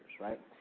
right